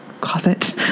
closet